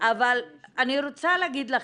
אבל אני רוצה להגיד לכם,